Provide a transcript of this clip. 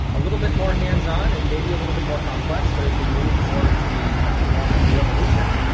a little bit more hands on and maybe a little bit more complex, but as we move towards the technological revolution,